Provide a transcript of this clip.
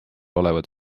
olevad